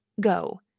Go